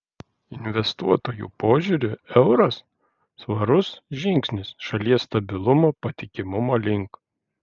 investuotojų požiūriu euras svarus žingsnis šalies stabilumo patikimumo link